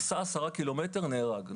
נסע 10 קילומטרים ונהרג,